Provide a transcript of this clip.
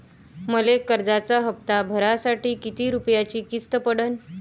मले कर्जाचा हप्ता भरासाठी किती रूपयाची किस्त पडन?